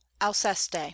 Alceste